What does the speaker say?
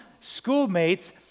schoolmates